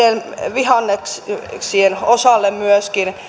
vihanneksien osalle myöskin